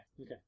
Okay